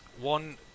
one